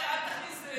אל תכניס דברים לפי.